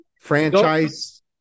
Franchise